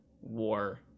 war